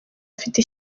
mfite